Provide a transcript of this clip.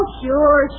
sure